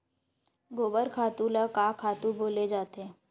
गोबर खातु ल का खातु बोले जाथे?